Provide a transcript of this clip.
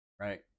Right